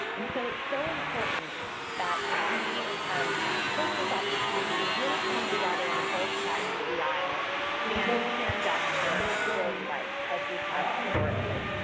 and so it's so important that we um take this opportunity to really come together on both sides of the aisle and stand up for disability rights as we have historically.